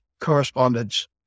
correspondence